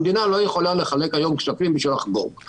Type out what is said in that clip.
המדינה לא יכולה לחלק כספים בשביל לחגוג.